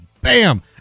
Bam